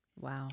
Wow